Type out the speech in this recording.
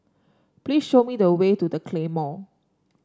please show me the way to The Claymore